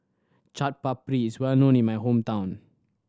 Chaat Papri is well known in my hometown